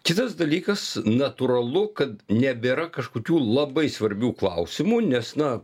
kitas dalykas natūralu kad nebėra kažkokių labai svarbių klausimų nes na